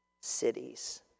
cities